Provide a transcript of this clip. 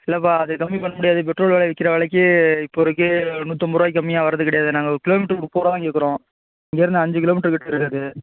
இல்லைப்பா அது கம்மி பண்ண முடியாது பெட்ரோல் விலை விக்கிற விலைக்கி இப்போதைக்கி நூத்தம்பது ரூபாக்கி கம்மியாக வர்றது கிடையாது நாங்கள் ஒரு கிலோ மீட்ருக்கு முப்பது ரூபா தான் கேட்குறோம் இங்கேருந்து அஞ்சு கிலோ மீட்டர் கிட்ட இருக்குது அது